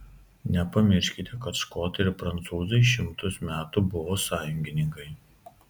nepamirškite kad škotai ir prancūzai šimtus metų buvo sąjungininkai